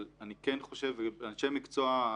אנשי המקצוע,